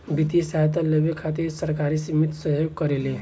वित्तीय सहायता लेबे खातिर सहकारी समिति सहयोग करेले